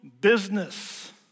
business